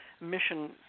mission